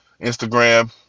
Instagram